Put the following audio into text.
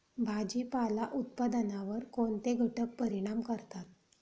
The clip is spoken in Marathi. भाजीपाला उत्पादनावर कोणते घटक परिणाम करतात?